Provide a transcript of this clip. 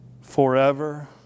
forever